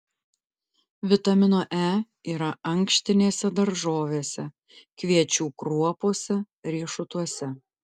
vitamino e yra ankštinėse daržovėse kviečių kruopose riešutuose